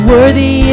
Worthy